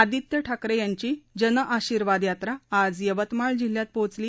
आदित्य ठाकरे यांची जनआशिर्वाद यात्रा आज यवतमाळ जिल्ह्यात पोहोचली